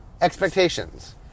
expectations